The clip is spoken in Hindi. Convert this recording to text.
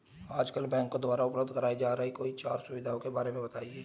आजकल बैंकों द्वारा उपलब्ध कराई जा रही कोई चार सुविधाओं के बारे में बताइए?